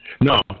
No